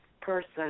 person